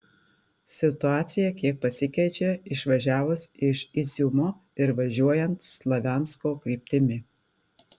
situacija kiek pasikeičia išvažiavus iš iziumo ir važiuojant slaviansko kryptimi